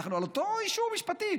אנחנו על אותו אישור משפטי,